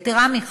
יתרה מכך,